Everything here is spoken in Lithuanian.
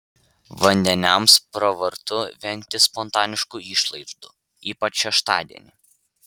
vandeniams pravartu vengti spontaniškų išlaidų ypač šeštadienį